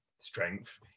Strength